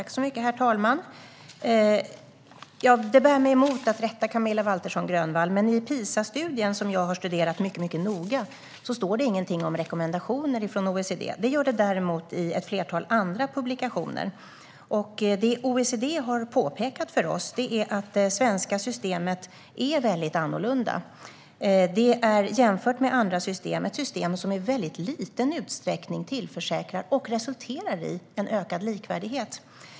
Herr talman! Det bär mig emot att rätta Camilla Waltersson Grönvall, men i PISA-studien, som jag har studerat mycket noga, står det ingenting om rekommendationer från OECD. Det gör det däremot i ett flertal andra publikationer. OECD har påpekat för oss att det svenska systemet är väldigt annorlunda. Jämfört med andra system är det ett system som i väldigt liten utsträckning tillförsäkrar och resulterar i ökad likvärdighet.